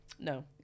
No